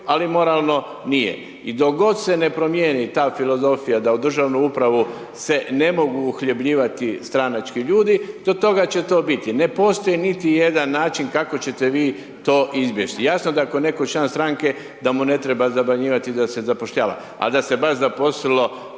ali moralno nije. I dok god se ne promijeni ta filozofija da u državnu upravu se ne mogu uhljebljivati stranački ljudi do toga će to biti, ne postoji niti jedan način kako ćete vi to izbjeći. Jasno da ako je netko član stranke, da mu ne treba zabranjivati da se zapošljava, al da se baš zaposlilo